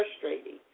frustrating